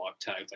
tags